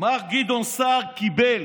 מר גדעון סער קיבל